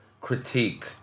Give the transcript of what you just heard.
critique